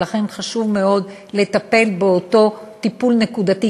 ולכן חשוב מאוד לטפל באותו טיפול נקודתי,